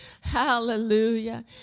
Hallelujah